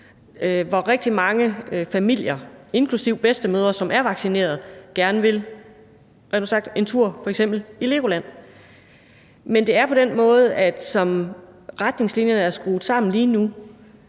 hvor rigtig mange familier, inklusive bedstemødre, som er vaccineret, gerne vil en tur i f.eks. LEGOLAND. Men med den måde, som retningslinjerne er skruet sammen på lige nu,